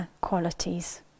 qualities